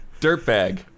Dirtbag